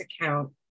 account